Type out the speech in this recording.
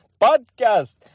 podcast